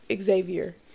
Xavier